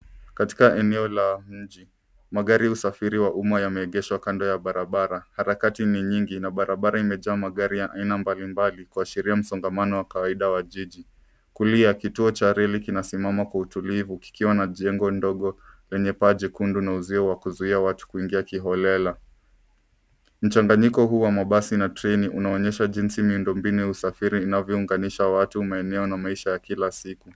Katika eneo la mji, magari ya usafiri wa umma yameegeshwa kando ya barabara. Harakati ni nyingi na barabara imejaa magari ya aina mbalimbali kuashiria msongamano wa kawaida wa jiji. Kulia kituo cha reli kinasimama kwa utulivu kikiwa na jengo ndogo lenye paa jekundu na uzio wa watu kuzuia kuingia kiholela. Mchanganyiko huu wa mabasi na traini unaonyesha jinsi miundombinu ya usafiri inavyonganisha watu maeneo na maisha ya kila siku.